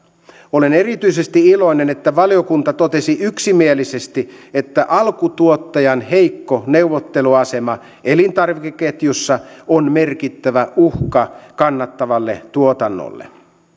olen erityisesti iloinen että valiokunta totesi yksimielisesti että alkutuottajan heikko neuvotteluasema elintarvikeketjussa on merkittävä uhka kannattavalle tuotannolle